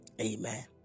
Amen